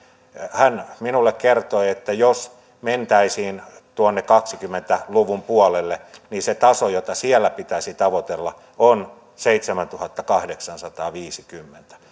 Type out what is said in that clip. hän minulle kertoi että jos mentäisiin tuonne kaksikymmentä luvun puolelle niin se taso jota siellä pitäisi tavoitella on seitsemäntuhattakahdeksansataaviisikymmentä